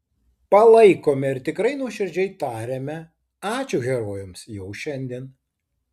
palaikome ir tikrai nuoširdžiai tariame ačiū herojams jau šiandien